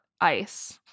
ice